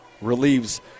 Relieves